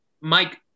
Mike